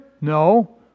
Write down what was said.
No